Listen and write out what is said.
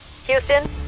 Houston